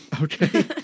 Okay